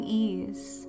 ease